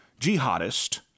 jihadist